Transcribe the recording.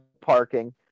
parking